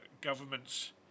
governments